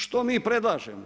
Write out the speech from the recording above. Što mi predlažemo?